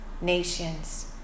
nations